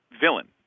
villain